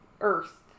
earth